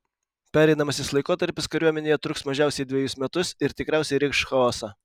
pereinamasis laikotarpis kariuomenėje truks mažiausiai dvejus metus ir tikriausiai reikš chaosą